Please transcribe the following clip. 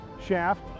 Shaft